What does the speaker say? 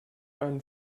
einen